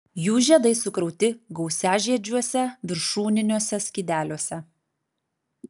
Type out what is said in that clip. jų žiedai sukrauti gausiažiedžiuose viršūniniuose skydeliuose